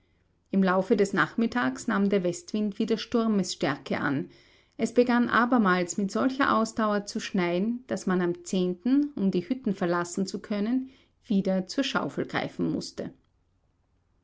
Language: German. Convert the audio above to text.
im laufe des nachmittags nahm der westwind wieder sturmesstärke an es begann abermals mit solcher ausdauer zu schneien daß man am um die hütten verlassen zu können wieder zur schaufel greifen mußte